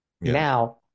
Now